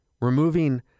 removing